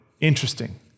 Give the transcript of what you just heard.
Interesting